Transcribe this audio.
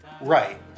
Right